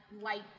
light